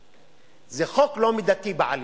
resistance, "התנגדות",